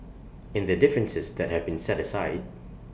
in the differences that have been set aside